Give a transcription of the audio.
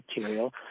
material